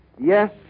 Yes